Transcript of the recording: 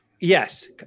Yes